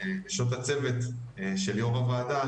נשות הצוות של יו"ר הוועדה,